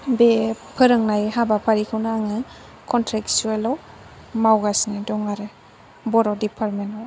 बे फोरोंनाय हाबाफारिखौनो आङो कन्ट्रेक्चुयेलयाव मावगासिनो दं आरो बर' डीफारमेन्तयाव